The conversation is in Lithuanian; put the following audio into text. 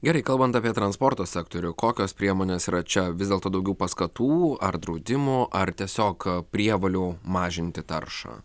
gerai kalbant apie transporto sektorių kokios priemonės yra čia vis dėlto daugiau paskatų ar draudimo ar tiesiog prievolių mažinti taršą